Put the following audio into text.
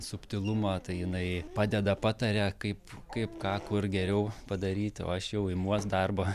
subtilumą tai jinai padeda pataria kaip kaip ką kur geriau padaryti o aš jau imuos darbo